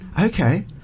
Okay